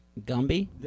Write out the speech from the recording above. Gumby